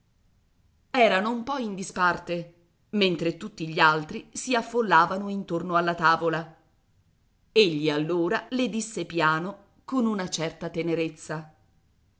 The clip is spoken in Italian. erano un po in disparte mentre tutti gli altri si affollavano intorno alla tavola egli allora le disse piano con una certa tenerezza